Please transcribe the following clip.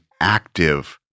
active